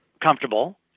comfortable